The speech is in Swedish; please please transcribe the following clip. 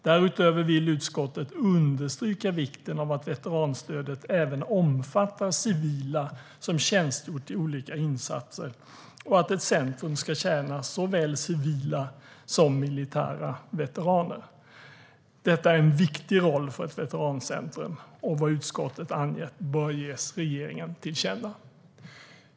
Därutöver vill utskottet understryka vikten av att veteranstödet även omfattar civila som tjänstgjort i olika insatser och att ett centrum ska tjäna såväl civila som militära veteraner. Detta är en viktig roll för ett veterancentrum. Vad utskottet angett bör ges regeringen till känna."